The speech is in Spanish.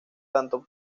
tanto